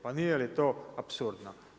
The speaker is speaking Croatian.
Pa nije li to apsurdno?